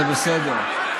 זה בסדר.